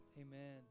Amen